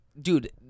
Dude